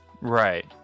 Right